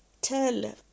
tell